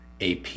AP